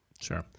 Sure